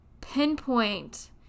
pinpoint